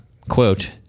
quote